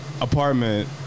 apartment